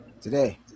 Today